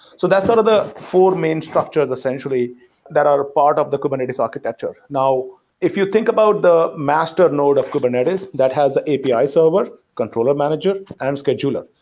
so that's sort of the four main structures essentially that are part of the kubernetes architecture. now, if you think about the master node of kubernetes that has the api server, so but controller manager and scheduler.